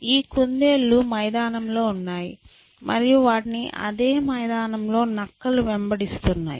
ఈ కుందేళ్ళు మైదానంలో ఉన్నాయి మరియు వాటిని అదే మైదానంలో నక్కలు వెంబడిస్తున్నాయి